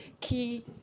key